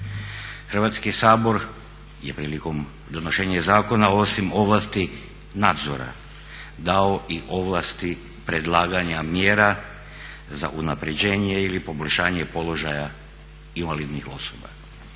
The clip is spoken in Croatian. Hrvatski sabor je prilikom donošenja zakona osim ovlasti nadzora dao i ovlasti predlaganja mjera za unapređenje ili poboljšanje položaja invalidnih osoba.